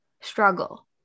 struggle